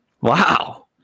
Wow